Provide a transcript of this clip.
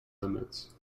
limits